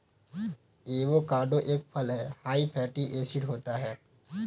avocado एक फल हैं हाई फैटी एसिड होता है